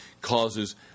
causes